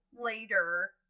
later